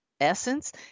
essence